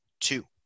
two